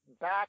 Back